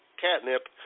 catnip